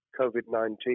COVID-19